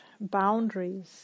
boundaries